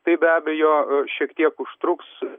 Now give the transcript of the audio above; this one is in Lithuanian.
tai be abejo šiek tiek užtruks